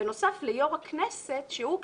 בנוסף ליו"ר הכנסת שהוא,